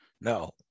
No